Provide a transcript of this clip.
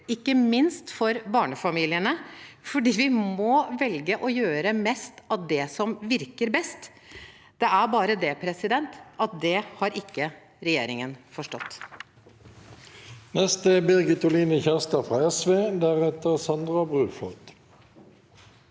ikke minst for barnefamiliene, fordi vi må velge å gjøre mest av det som virker best. Det er bare det at det har ikke regjeringen forstått.